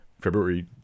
February